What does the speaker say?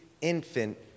infant